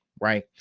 right